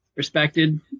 respected